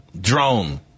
drone